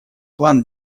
план